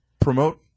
promote